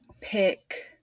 pick